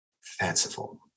fanciful